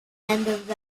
end